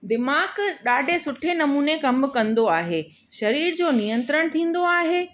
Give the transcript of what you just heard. दिमाग़ु ॾाढे सुठे नमूने कमु कंदो आहे शरीर जो नियंत्रण थींदो आहे